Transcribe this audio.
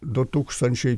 du tūkstančiai